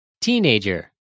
Teenager